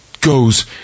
goes